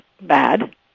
bad